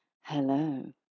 hello